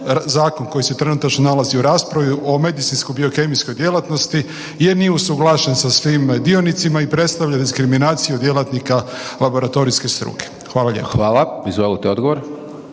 zakon koji se trenutačno nalazi u raspravi o medicinsko-biokemijskoj djelatnosti jer nije usuglašen sa svim dionicima i predstavlja diskriminaciju djelatnika laboratorijske struke. Hvala lijepo. **Hajdaš Dončić,